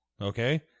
Okay